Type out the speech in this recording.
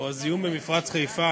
או הזיהום במפרץ חיפה,